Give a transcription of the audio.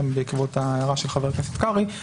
גם בעקבות ההערה של חבר הכנסת קרעי,